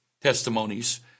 testimonies